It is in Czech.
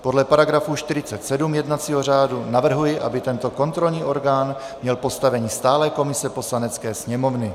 Podle § 47 jednacího řádu navrhuji, aby tento kontrolní orgán měl postavení stálé komise Poslanecké sněmovny.